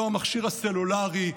לא המכשיר הסלולרי,